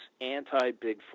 anti-Bigfoot